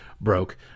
broke